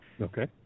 Okay